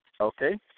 Okay